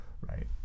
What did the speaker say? Right